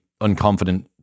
unconfident